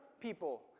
people